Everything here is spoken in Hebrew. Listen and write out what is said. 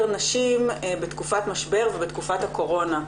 נשים בתקופת משבר ובתקופת הקורונה.